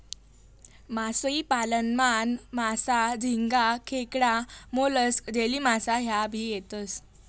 मासोई पालन मान, मासा, झिंगा, खेकडा, मोलस्क, जेलीमासा ह्या भी येतेस